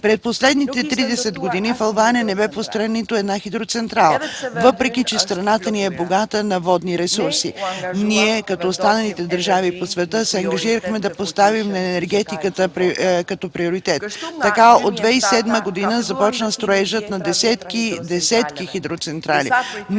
През последните тридесет години в Албания не беше построена нито една хидроцентрала, въпреки че страната ни е богата на водни ресурси. И ние, като останалите държави по света, сме се ангажирали да поставим енергетиката като приоритет. Така от 2007 г. започна строежът на десетки и десетки хидроцентрали.